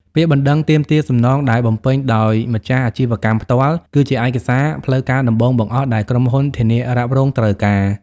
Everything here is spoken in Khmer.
ពាក្យបណ្ដឹងទាមទារសំណង ដែលបំពេញដោយម្ចាស់អាជីវកម្មផ្ទាល់ គឺជាឯកសារផ្លូវការដំបូងបង្អស់ដែលក្រុមហ៊ុនធានារ៉ាប់រងត្រូវការ។